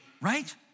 right